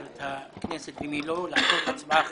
את הכנסת ומי לא לעשות הצבעה חשאית.